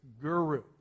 guru